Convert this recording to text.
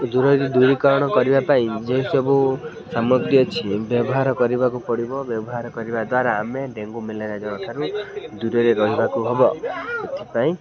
ଦୂରୀକରଣ କରିବା ପାଇଁ ଯେଉଁ ସବୁ ସାମଗ୍ରୀ ଅଛି ବ୍ୟବହାର କରିବାକୁ ପଡ଼ିବ ବ୍ୟବହାର କରିବା ଦ୍ୱାରା ଆମେ ଡେଙ୍ଗୁ ମ୍ୟାଲେରିଆ ଜ୍ୱର ଠାରୁ ଦୂରରେ ରହିବାକୁ ହେବ ଏଥିପାଇଁ